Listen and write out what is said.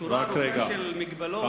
שורה ארוכה של מגבלות, רק רגע.